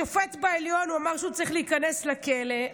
לשופט בעליון הוא אמר שהוא צריך להיכנס לכלא,